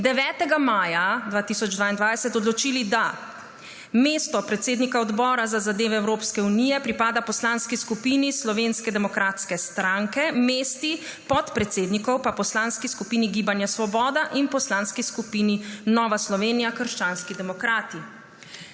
9. maja 2022 odločili, da mesto predsednika Odbora za zadeve Evropske unije pripada poslanski skupini Slovenske demokratske stranke, mesti podpredsednikov pa poslanski skupini Gibanje Svoboda in poslanski skupini Nova Slovenija – krščanski demokrati.